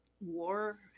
war